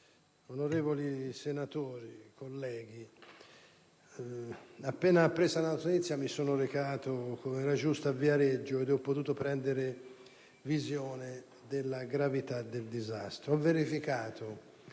onorevoli colleghi senatori, appena appresa la notizia mi sono recato, come era giusto, a Viareggio, dove ho potuto prendere visione della gravità del disastro.